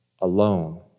alone